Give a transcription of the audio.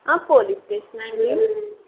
ఆ పోలీస్ స్టేషన్నా అండి